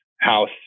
house